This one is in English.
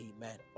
Amen